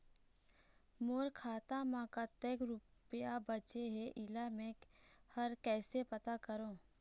मोर खाता म कतक रुपया बांचे हे, इला मैं हर कैसे पता करों?